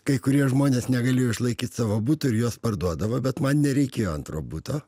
kai kurie žmonės negalėjo išlaikyt savo butų ir juos parduodavo bet man nereikėjo antro buto